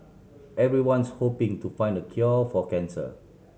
everyone's hoping to find the cure for cancer